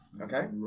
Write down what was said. Okay